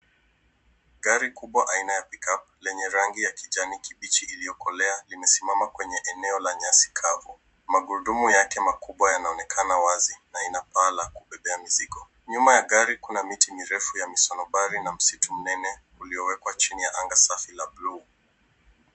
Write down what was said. Gari kubwa aina ya pickup , lenye rangi ya kijani kibichi iliyokolea, limesimama kwenye eneo la nyasi kavu. Magurudumu yake makubwa yanaonekana wazi, na ina paa la kubebea mizigo. Nyuma ya gari kuna miti mirefu ya misonobari na msitu mnene, uliowekwa chini ya anga safi la bluu.